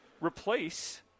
replace